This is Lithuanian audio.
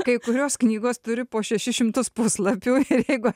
kai kurios knygos turi po šešis šimtus puslapių ir jeigu